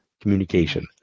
communication